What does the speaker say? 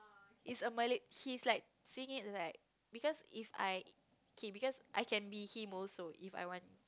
it's a Malay he's like saying like because if I kay because I can be him also if I want